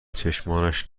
چشمانش